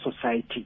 society